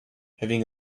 having